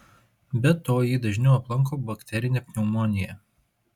be to jį dažniau aplanko bakterinė pneumonija